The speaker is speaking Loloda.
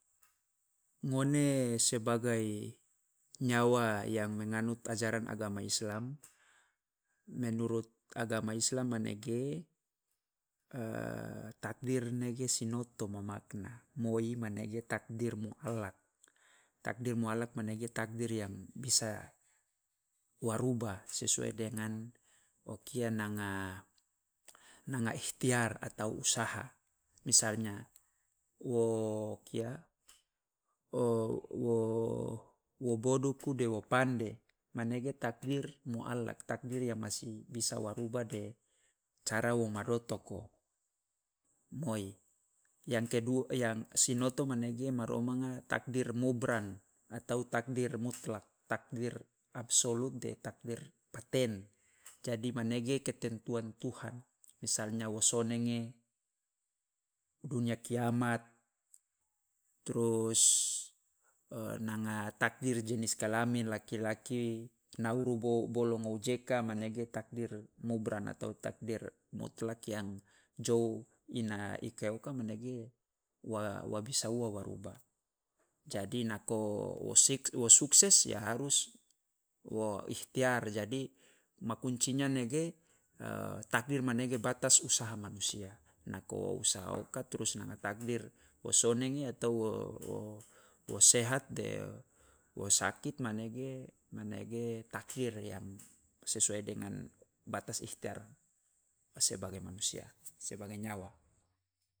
Ngone sebagai nyawa yang menganut ajaran agama islam, menurut agama islam manege takdir ne ge sinoto ma makna, moi manege takdir mualaq, takdir mualaq manege takdir yang bisa wa rubah sesuai dengan o kia nanga nanga ikhtiar atau usaha misalnya wo kia wo- wo- wo boduku de wo pande manege takdir mualaq, takdir yang masih bisa wa rubah de cara wo ma dotoko, moi. Yang kedu yang sinoto manege ma romanga takdir mubran atau takdir mutlak, takdir absolut de takdir paten, jadi manege ketentuan tuhan, misalnya wo sonenge, dunia kiamat, trus nanga takdir jenis kelamin laki laki nauru bo- bolo ma wojeka manege takdir mubran atau takdir mutlak yang jou ina ika oka manege wa- wa bisa ua wa rubah. Jadi nako wo sik- wo sukses ya harus wo ikhtiar jadi ma kuncinya nege takdir manege batas usaha manusia, nako usaha oka trus nanga takdir wo sonenge atau wo- wo sehat de wo sakit manege manege takdir yang sesuai dengan batas ikhtiar sebagai manusia sebagai nyawa.